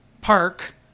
park